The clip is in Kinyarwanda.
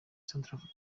centrafrique